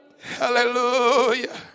Hallelujah